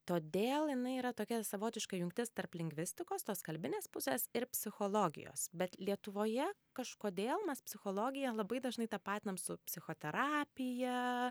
todėl jinai yra tokia savotiška jungtis tarp lingvistikos tos kalbinės pusės ir psichologijos bet lietuvoje kažkodėl mes psichologiją labai dažnai tapatiname su psichoterapija